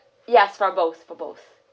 yes for both for both